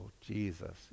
Jesus